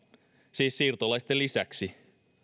siis siirtolaisten lisäksi